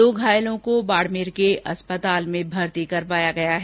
दो घायलों को बाडमेर के अस्पताल में भर्ती करवाया गया है